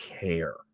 care